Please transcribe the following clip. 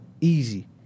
easy